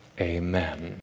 amen